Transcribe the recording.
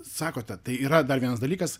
sakote tai yra dar vienas dalykas